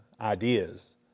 ideas